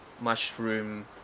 mushroom